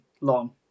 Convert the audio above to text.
Long